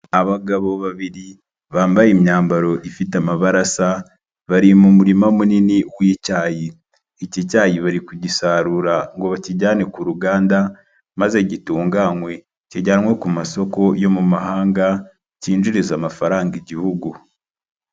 Abagabo babiri bambaye imyambaro ifite amabara asa bari mu murima munini w'icyayi, iki cyayi bari kugisarura ngo bakijyane ku ruganda maze gitunganwe kijyanwe ku masoko yo mu mahanga cyinjiriza amafaranga igihugu.